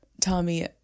Tommy